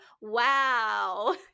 Wow